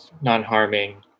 non-harming